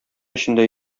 эчендә